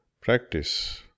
Practice